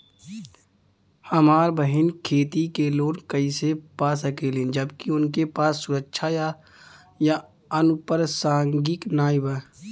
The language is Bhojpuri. हमार बहिन खेती के लोन कईसे पा सकेली जबकि उनके पास सुरक्षा या अनुपरसांगिक नाई बा?